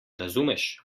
razumeš